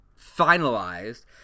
finalized